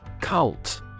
Cult